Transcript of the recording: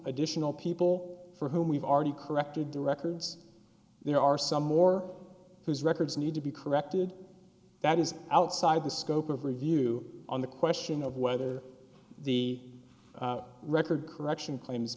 additional people for whom we've already corrected the records there are some more whose records need to be corrected that is outside the scope of review on the question of whether the record correction claims